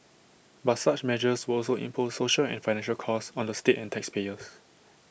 but such measures will also impose social and financial costs on the state and taxpayers